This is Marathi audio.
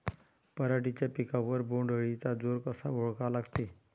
पराटीच्या पिकावर बोण्ड अळीचा जोर कसा ओळखा लागते?